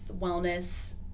wellness